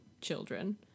children